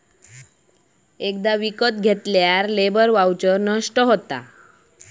एकदा विकत घेतल्यार लेबर वाउचर नष्ट होता